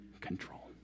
control